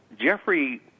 Jeffrey